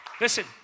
Listen